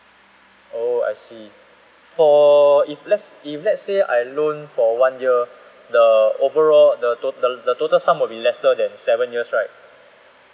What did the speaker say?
oh I see for if lets if let's say I loan for one year the overall the to~ the the total sum will be lesser than seven years right